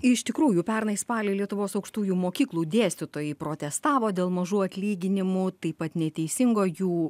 ir iš tikrųjų pernai spalį lietuvos aukštųjų mokyklų dėstytojai protestavo dėl mažų atlyginimų taip pat neteisingo jų